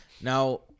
Now